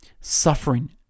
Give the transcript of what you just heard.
Suffering